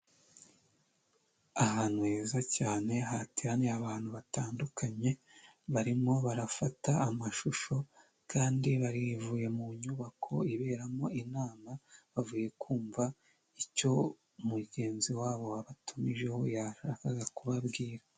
Ahantu heza cyane hateraniye abantu batandukanye barimo barafata amashusho kandi bavuye mu nyubako iberamo inama bavuye kumva icyo mugenzi wabo wabatumijeho yashakaga kubabwira.